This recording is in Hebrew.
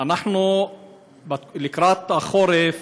אנחנו לקראת החורף